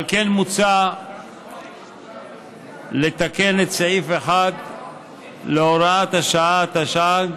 על כן, מוצע לתקן את סעיף 1 להוראת השעה מהתשע"ג,